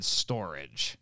storage